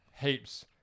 Heaps